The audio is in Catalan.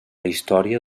història